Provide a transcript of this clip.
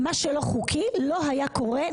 מה שלא חוקי, לא היה קורה.